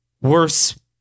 Worse